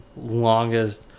longest